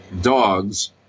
dogs